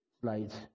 slides